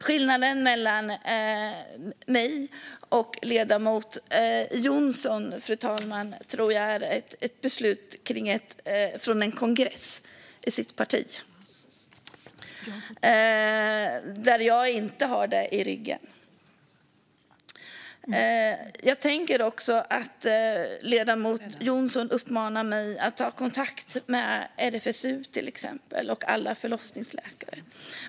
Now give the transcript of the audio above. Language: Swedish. Skillnaden mellan mig och ledamoten Jonsson tror jag är, fru talman, ett beslut från en partikongress. Jag har inte ett sådant i ryggen. Ledamoten Jonsson uppmanar mig att ta kontakt med till exempel RFSU och alla förlossningsläkare.